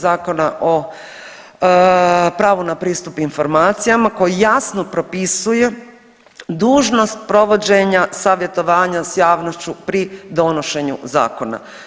Zakona o pravu na pristup informacijama koji jasno propisuje dužnost provođenja savjetovanja s javnošću pri donošenju zakona.